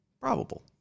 Probable